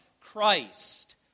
Christ